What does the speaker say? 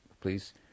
please